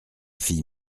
fille